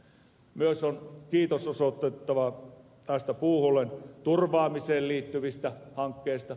myös on kiitos osoitettava näistä puuhuollon turvaamiseen liittyvistä hankkeista